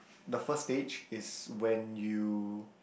the first stage is when you